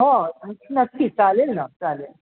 हो नक्की चालेल ना चालेल